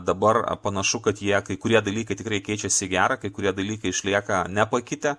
dabar panašu kad jie kai kurie dalykai tikrai keičiasi į gera kai kurie dalykai išlieka nepakitę